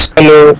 Hello